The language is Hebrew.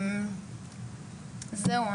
זהו.